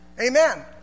Amen